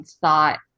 thought